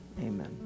amen